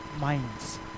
minds